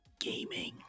gaming